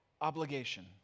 obligation